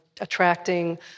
attracting